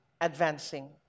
advancing